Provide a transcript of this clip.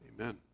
Amen